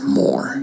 more